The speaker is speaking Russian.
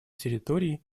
территории